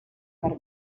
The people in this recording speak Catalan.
per